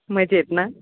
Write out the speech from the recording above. मजेत ना